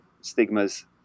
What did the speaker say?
stigmas